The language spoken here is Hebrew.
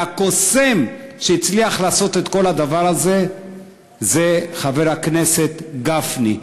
והקוסם שהצליח לעשות את כל הדבר הזה זה חבר הכנסת גפני.